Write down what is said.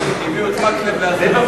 מה היא עשתה בשביל החינוך החרדי.